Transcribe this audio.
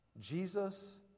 Jesus